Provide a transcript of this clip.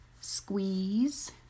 squeeze